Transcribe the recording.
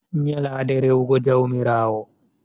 Nyalade rewugo jaumiraawo.